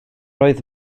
oedd